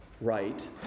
right